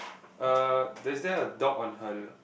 uh there's there a dog on her